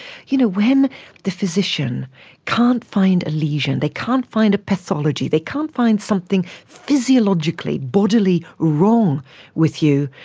you know when the physician can't find a lesion, they can't find a pathology, they can't find something physiologically bodily wrong with you,